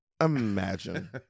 Imagine